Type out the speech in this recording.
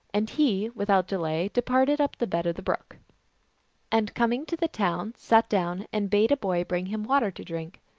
and he without delay departed up the bed of the brook and coming to the town, sat down and bade a boy bring him water to drink.